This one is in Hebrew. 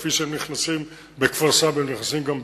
כפי שהם נכנסים בכפר-סבא, הם נכנסים גם בטירה,